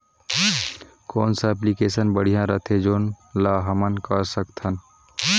कौन सा एप्लिकेशन बढ़िया रथे जोन ल हमन कर सकथन?